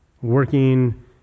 Working